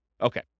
Okay